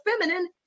feminine